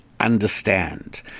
understand